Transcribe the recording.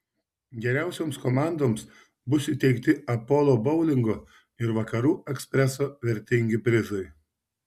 geriausioms komandoms bus įteikti apolo boulingo ir vakarų ekspreso vertingi prizai